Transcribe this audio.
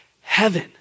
heaven